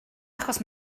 achos